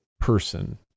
person